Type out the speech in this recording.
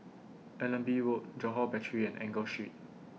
Allenby Road Johore Battery and Enggor Street